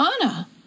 Anna